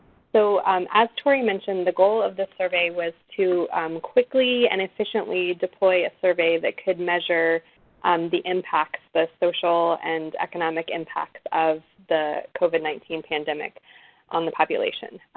so as tori mentioned, the goal of the survey was to quickly and efficiently deploy a survey that could measure um the impacts the social and economic impacts of the covid nineteen pandemic on the population.